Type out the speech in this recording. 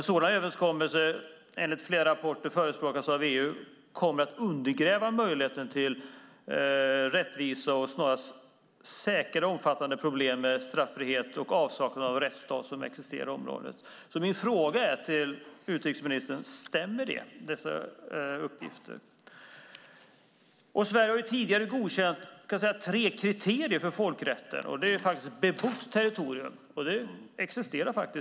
En sådan överenskommelse, som enligt flera rapporter förespråkas av EU, kommer att undergräva möjligheten till rättvisa och snarast säkra omfattande problem med straffrihet och avsaknad av rättsstat i området. Min fråga till utrikesministern är: Stämmer dessa uppgifter? Sverige har tidigare godkänt tre kriterier för folkrätten. Det är ett bebott territorium, och det existerar i dag.